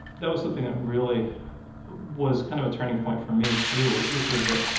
that was something that really was kind of a turning point for me, too, which was that,